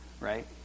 Right